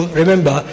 remember